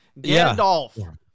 Gandalf